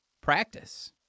practice